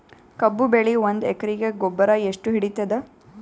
ಕಬ್ಬು ಬೆಳಿ ಒಂದ್ ಎಕರಿಗಿ ಗೊಬ್ಬರ ಎಷ್ಟು ಹಿಡೀತದ?